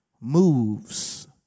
moves